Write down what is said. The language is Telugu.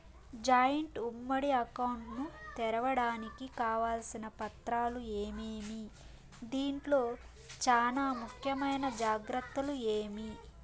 జాయింట్ ఉమ్మడి అకౌంట్ ను తెరవడానికి కావాల్సిన పత్రాలు ఏమేమి? దీంట్లో చానా ముఖ్యమైన జాగ్రత్తలు ఏమి?